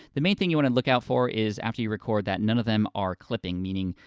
the main thing you wanna look out for, is after you record, that none of them are clipping, meaning,